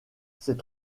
c’est